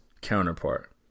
counterpart